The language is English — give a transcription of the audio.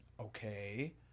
Okay